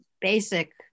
basic